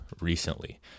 recently